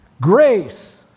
Grace